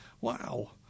Wow